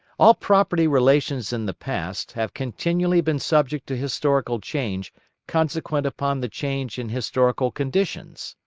all property relations in the past have continually been subject to historical change consequent upon the change in historical conditions.